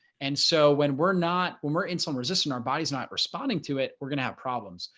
and so when we're not when we're insulin resistant, our body's not responding to it, we're gonna have problems.